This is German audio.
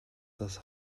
das